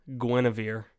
Guinevere